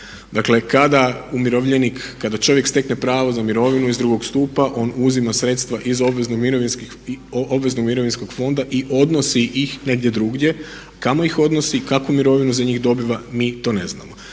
kada čovjek stekne pravo za mirovinu iz drugog stupa on uzima sredstva iz obveznog mirovinskog fonda i odnosi ih negdje drugdje. Kamo ih odnosi i kakvu mirovinu za njih dobiva mi to ne znamo.